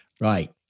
Right